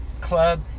club